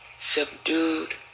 subdued